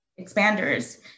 expanders